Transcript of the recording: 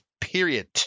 period